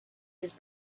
his